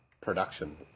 production